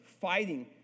fighting